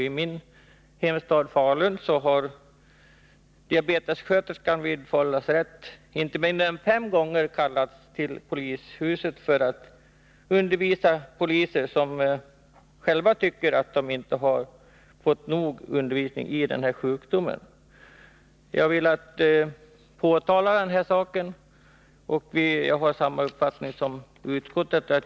I min hemstad, Falun, har diabetessköterskan vid Falu lasarett inte mindre än fem gånger kallats till polishuset för att undervisa poliser, som själva tycker att de inte har fått nog undervisning om denna sjukdom. Jag har velat påtala denna sak. Jag har samma uppfattning som utskottet.